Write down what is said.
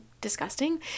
disgusting